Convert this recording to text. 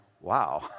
wow